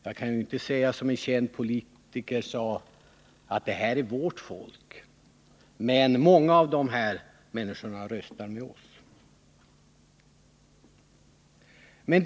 Jag kan inte, som en känd politiker gjorde, säga att det här är vårt folk, men många av dessa människor röstar med oss moderater.